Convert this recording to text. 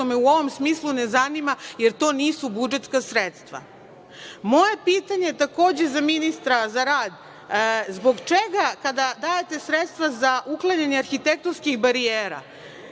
me u ovom smislu ne zanima, jer to nisu budžetska sredstva. Moje pitanje takođe za ministra za rad - zbog čega kada dajete sredstva za uklanjanje arhitektonskih barijera